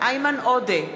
איימן עודה,